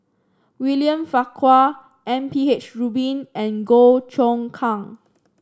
William Farquhar M P H Rubin and Goh Choon Kang